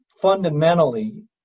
fundamentally